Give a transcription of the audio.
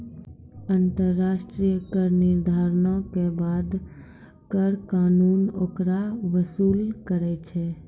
अन्तर्राष्ट्रिय कर निर्धारणो के बाद कर कानून ओकरा वसूल करै छै